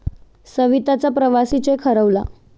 सविताचा प्रवासी चेक हरवला